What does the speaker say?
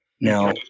Now